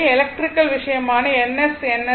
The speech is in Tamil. எலக்ட்ரிக்கல் விஷயமான NS N S